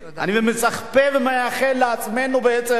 אני מצפה ומאחל לעצמנו, בעצם,